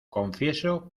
confieso